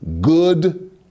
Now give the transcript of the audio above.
good